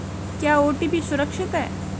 क्या ओ.टी.पी सुरक्षित है?